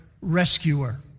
rescuer